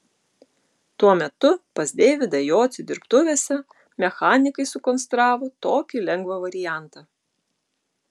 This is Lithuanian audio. tuo metu pas deividą jocių dirbtuvėse mechanikai sukonstravo tokį lengvą variantą